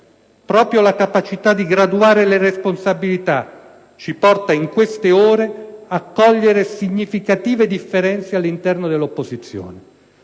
Proprio la capacità di graduare le responsabilità ci porta in queste ore a cogliere significative differenze all'interno dell'opposizione.